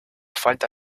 falta